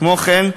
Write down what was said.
כמו כן,